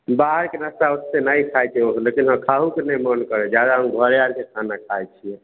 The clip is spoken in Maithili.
बाहरके नाश्ता ओते नहि खाइत छियै लकिन हँ खाहोके नहि मन करैत छै जादा हम घरे आरके खाना खाइत छियै